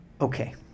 Okay